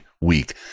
week